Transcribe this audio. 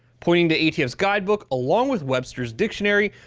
pointing to atf's guidebook, along with webster's dictionary,